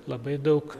labai daug